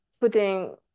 putting